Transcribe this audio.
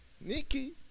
Nikki